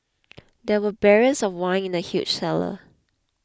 there were barrels of wine in the huge cellar